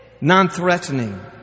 non-threatening